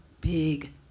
big